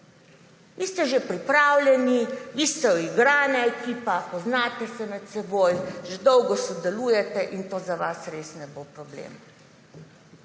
Vi ste že pripravljeni, vi ste uigrana ekipa, poznate se med seboj, že dolgo sodelujete in to za vas res ne bo problem.